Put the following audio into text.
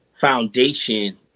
foundation